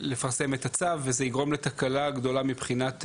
לפרסם את הצו וזה יגרום לתקלה גדולה מבחינת,